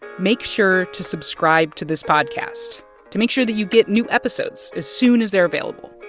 make sure to subscribe to this podcast to make sure that you get new episodes as soon as they're available,